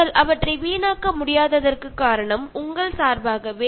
നിങ്ങൾ പൈസ കൊടുത്ത് വാങ്ങിയതാണ് എന്ന കാരണത്താൽ അതിനെ നിങ്ങൾക്ക് നശിപ്പിക്കാൻ ആകില്ല